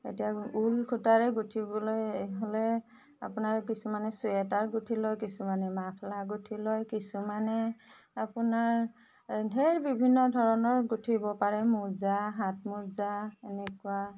এতিয়া ঊল সূতাৰে গোঁঠিবলৈ হ'লে আপোনাৰ কিছুমানে চুৱেটাৰ গোঁঠি লয় কিছুমানে মাফলাৰ গোঁঠি লয় কিছুমানে আপোনাৰ ধেৰ বিভিন্ন ধৰণৰ গোঁঠিব পাৰে মোজা হাত মোজা এনেকুৱা